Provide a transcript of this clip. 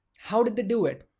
how did they do it?